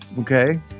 Okay